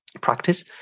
practice